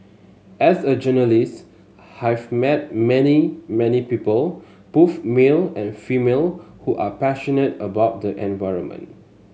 as a journalist have met many many people both male and female who are passionate about the environment